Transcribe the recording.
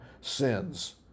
sins